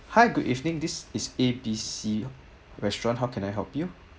hi good evening this is A B C restaurant how can I help you